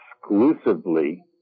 exclusively